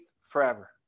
forever